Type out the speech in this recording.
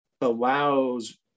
allows